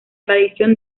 tradición